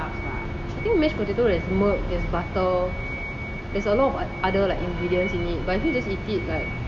I think mashed potatoes there's milk there's butter there's a lot of other like ingredients in it if you just eat it like